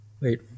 Wait